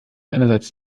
einerseits